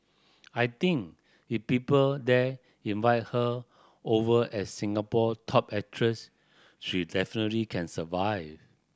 I think if people there invited her over as Singapore top actress she definitely can survive